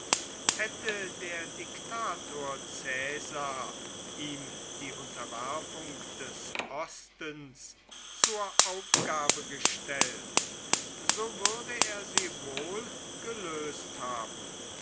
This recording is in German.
hätte der diktator caesar ihm die unterwerfung des ostens zur aufgabe gestellt so würde er sie wohl gelöst haben